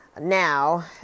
now